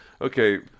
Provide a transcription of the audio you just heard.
okay